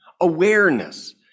awareness